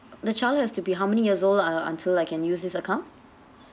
the child has to be how many years old uh until I can use this account